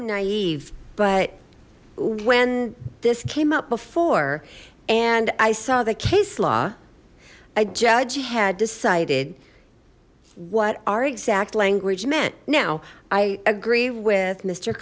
i'm naive but when this came up before and i saw the case law a judge had decided what our exact language meant now i agree with mister